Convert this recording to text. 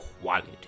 quality